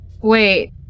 Wait